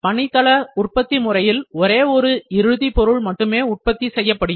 பணித்தள உற்பத்தி முறையில் ஒரே ஒரு இறுதி பொருள் மட்டுமே உற்பத்தி செய்யப்படுகிறது